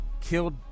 killed